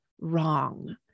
wrong